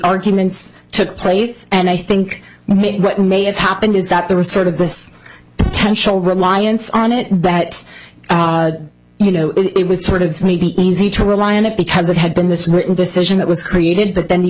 arguments took place and i think what may have happened is that there was sort of this potential reliance on that you know it would sort of be easy to rely on it because it had been this written decision that was created but then the